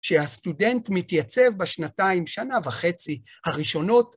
שהסטודנט מתייצב בשנתיים, שנה וחצי, הראשונות,